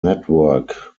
network